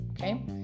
Okay